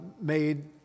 made